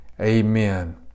Amen